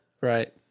Right